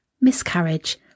miscarriage